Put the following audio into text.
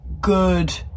good